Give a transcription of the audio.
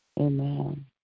Amen